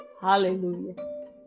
Hallelujah